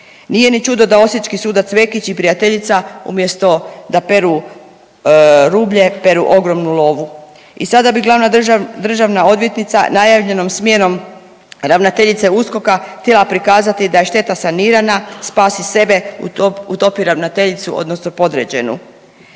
Nije ni čudo da osječki sudac Vekić i prijateljica, umjesto da peru rublje, peru ogromnu lovu i sada bi glavna državna odvjetnica najavljenom smjenom ravnateljice USKOK-a htjela prikazati da je šteta sanirana, spasi sebe, utopi ravnateljicu, odnosno podređenu.